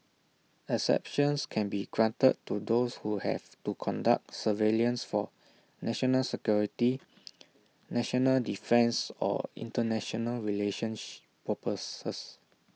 exceptions can be granted to those who have to conduct surveillance for national security national defence or International relationship purposes